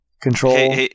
control